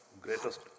greatest